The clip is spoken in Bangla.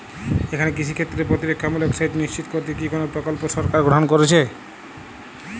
এখানে কৃষিক্ষেত্রে প্রতিরক্ষামূলক সেচ নিশ্চিত করতে কি কোনো প্রকল্প সরকার গ্রহন করেছে?